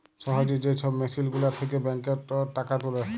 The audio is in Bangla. সহজে যে ছব মেসিল গুলার থ্যাকে ব্যাংকটর টাকা তুলে